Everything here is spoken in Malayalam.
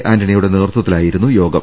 ആന്റണിയുടെ നേതൃത്വ ത്തിലായിരുന്നു യോഗം